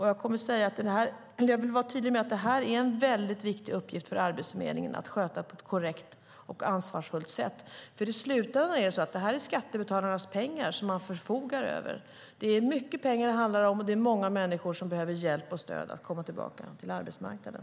Jag vill vara tydlig med att det här är en väldigt viktig uppgift för Arbetsförmedlingen att sköta på ett korrekt och ansvarsfullt sätt. I slutändan är det skattebetalarnas pengar som man förfogar över. Det är mycket pengar som det handlar om, och det är många människor som behöver stöd och hjälp för att komma tillbaka till arbetsmarknaden.